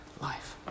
life